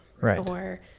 Right